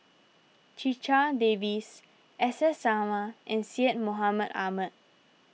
Checha Davies S S Sarma and Syed Mohamed Ahmed